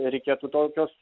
reikėtų tokios